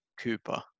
Cooper